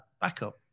backup